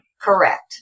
Correct